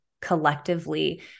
collectively